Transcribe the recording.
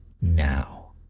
now